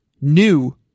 New